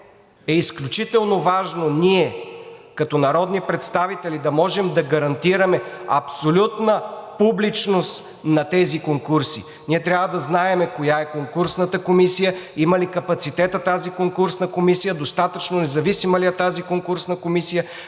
е изключително важно като народни представители да можем да гарантираме абсолютна публичност на тези конкурси. Ние трябва да знаем коя е конкурсната комисия, има ли капацитета тази конкурсна комисия, достатъчно независима ли е тази конкурсна комисия.